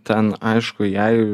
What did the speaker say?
ten aišku jei